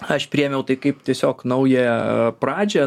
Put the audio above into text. aš priėmiau tai kaip tiesiog naują pradžią